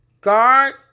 Guard